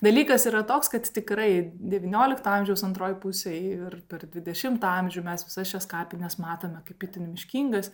dalykas yra toks kad tikrai devyniolikto amžiaus antroj pusėj ir per dvidešimtą amžių mes visas šias kapines matome kaip itin miškingas